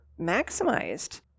maximized